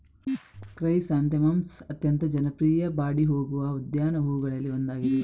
chrysanthemums ಅತ್ಯಂತ ಜನಪ್ರಿಯ ಬಾಡಿ ಹೋಗುವ ಉದ್ಯಾನ ಹೂವುಗಳಲ್ಲಿ ಒಂದಾಗಿದೆ